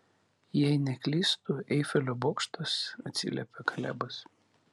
jei neklystu eifelio bokštas atsiliepė kalebas